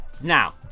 Now